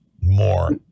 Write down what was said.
more